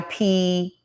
IP